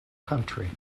country